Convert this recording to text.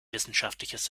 wissenschaftliches